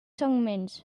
segments